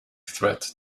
threat